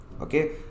okay